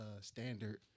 standard